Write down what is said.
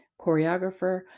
choreographer